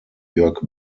jörg